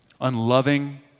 unloving